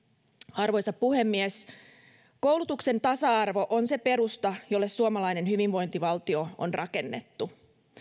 arvoisa puhemies koulutuksen tasa arvo on se perusta jolle suomalainen hyvinvointivaltio on rakennettu